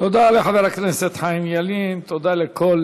תודה לחבר הכנסת חיים ילין, תודה לכל